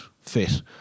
fit